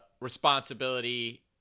responsibility